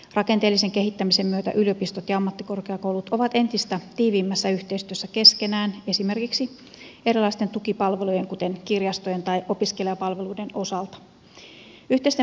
rakenteellisen kehittämisen myötä yliopistot ja ammattikorkeakoulut ovat entistä tiiviimmässä yhteistyössä keskenään esimerkiksi erilaisten tukipalvelujen kuten kirjastojen tai opiskelijapalveluiden osalta